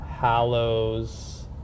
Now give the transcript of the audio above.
Hallows